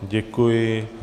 Děkuji.